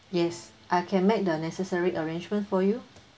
yes I can make the necessary arrangement for you